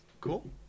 Cool